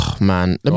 Man